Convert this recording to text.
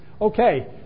Okay